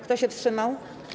Kto się wstrzymał?